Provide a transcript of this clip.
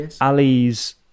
ali's